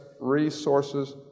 resources